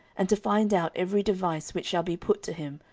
and to find out every device which shall be put to him,